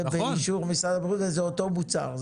באישור משרד הבריאות וזה אותו מוצר.